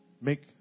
Make